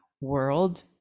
world